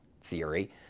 theory